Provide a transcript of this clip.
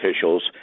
officials